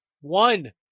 One